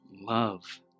love